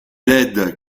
laides